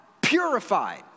purified